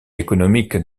économique